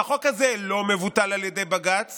והחוק הזה לא מבוטל על ידי בג"ץ